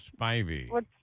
Spivey